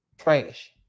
trash